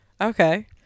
Okay